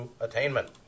attainment